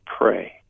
pray